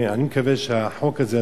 אני מקווה שהחוק הזה,